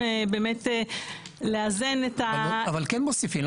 באמת לאזן את ה --- אבל כן מוסיפים,